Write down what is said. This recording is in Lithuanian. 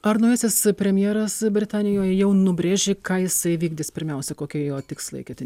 ar naujasis premjeras britanijoje jau nubrėžė ką jisai vykdys pirmiausia kokie jo tikslai kiti